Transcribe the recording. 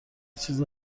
چیز